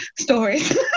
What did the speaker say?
stories